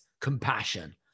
compassion